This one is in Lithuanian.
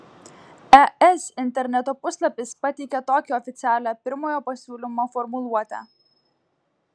es interneto puslapis pateikia tokią oficialią pirmojo pasiūlymo formuluotę